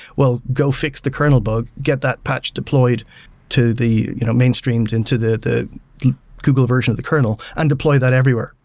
go fix the kernel bug. get that patch deployed to the you know mainstreamed into the the google version of the kernel and deploy that everywhere.